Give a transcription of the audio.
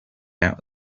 out